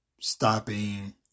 stopping